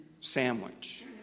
sandwich